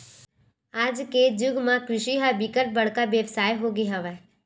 आज के जुग म कृषि ह बिकट बड़का बेवसाय हो गे हवय